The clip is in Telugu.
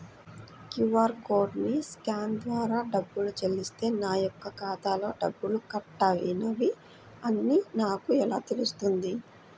క్యూ.అర్ కోడ్ని స్కాన్ ద్వారా డబ్బులు చెల్లిస్తే నా యొక్క ఖాతాలో డబ్బులు కట్ అయినవి అని నాకు ఎలా తెలుస్తుంది?